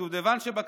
הדובדבן שבקצפת,